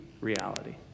reality